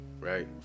right